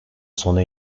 sona